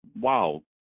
wow